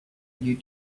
you